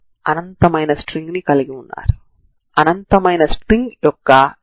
x0 నామమాత్రపు చరరాశి కాబట్టి దానిని మీరు y తో భర్తీ చేస్తారు